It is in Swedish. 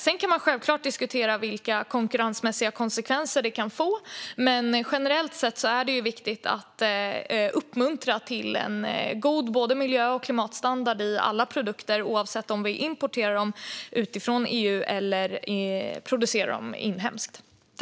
Sedan kan man självklart diskutera vilka konkurrensmässiga konsekvenser detta kan få, men generellt sett är det viktigt att uppmuntra en god standard för både miljö och klimat i alla produkter, oavsett om vi importerar dem utifrån eller från EU eller om vi producerar dem inhemskt.